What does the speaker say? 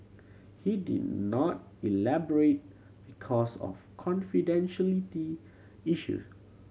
he did not elaborate because of confidentiality issue